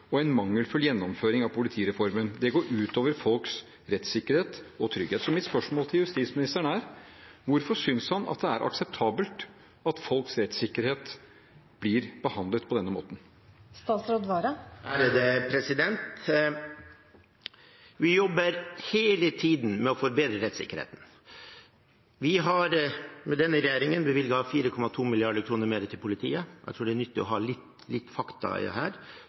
og en mangelfull gjennomføring av politireformen. Det går ut over folks rettssikkerhet og trygghet. Så mitt spørsmål til justisministeren er: Hvorfor synes han at det er akseptabelt at folks rettssikkerhet blir behandlet på denne måten? Vi jobber hele tiden med å forbedre rettssikkerheten. Jeg tror det er nyttig med litt fakta her: Vi har ved denne regjeringen bevilget 4,2 mrd. kr mer til politiet, 2 700 flere er